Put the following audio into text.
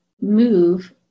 move